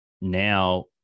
now